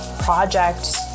project